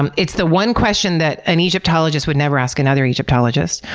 um it's the one question that an egyptologist would never ask another egyptologist,